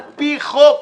על-פי חוק.